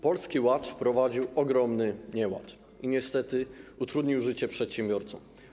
Polski Ład wprowadził ogromny nieład i niestety utrudnił życie przedsiębiorcom.